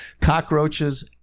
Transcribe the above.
Cockroaches